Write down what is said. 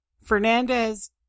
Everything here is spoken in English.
Fernandez